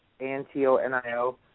Antonio